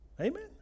Amen